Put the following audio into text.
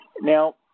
Now